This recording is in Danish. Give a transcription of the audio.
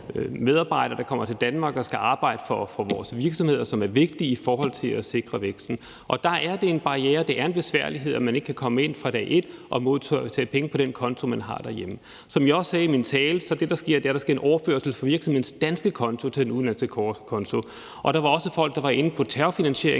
der kommer til Danmark og skal arbejde for vores virksomheder, som er vigtige i forhold til at sikre væksten. Og der er det en barriere, og det er en besværlighed, at man ikke kan komme ind fra dag et og modtage penge på den konto, man har derhjemme. Som jeg også sagde i min tale, sker der det, at der sker en overførsel fra virksomhedens danske konto til den udenlandske konto. Der var også folk, der var inde på terrorfinansiering